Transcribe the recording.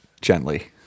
Gently